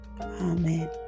Amen